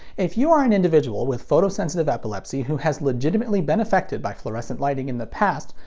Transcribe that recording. if you are an individual with photosensitive epilepsy who has legitimately been affected by fluorescent lighting in the past,